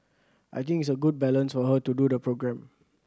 I think it's a good balance for her to do the programme